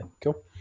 cool